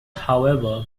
however